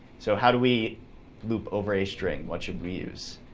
so how do we loop over a string? what should we use?